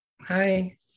Hi